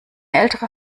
ältere